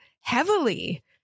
heavily